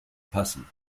passen